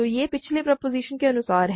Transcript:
तो यह पिछले प्रोपोज़िशन के अनुसार है